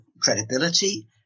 credibility